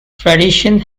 tradition